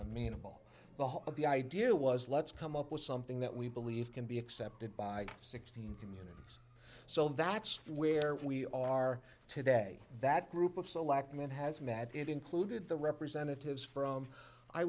amenable the whole of the idea was let's come up with something that we believe can be accepted by sixteen community so that's where we are today that group of selectmen hazmat it included the representatives from i